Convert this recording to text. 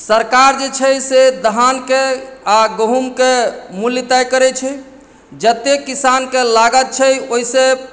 सरकार जे छै से धानके आ गहूँमके मूल्य तय करैत छै जतेक किसानके लागत छै ओहिसँ